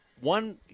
one